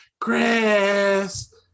Chris